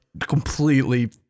completely